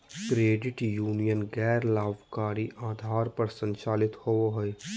credit union गैर लाभकारी आधार पर संचालित होबो हइ